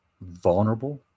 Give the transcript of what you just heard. vulnerable